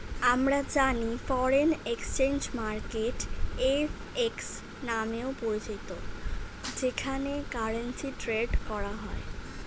আমরা জানি foreign exchange market FX নামেও পরিচিত যেখানে কারেন্সি ট্রেড করা হয়